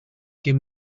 give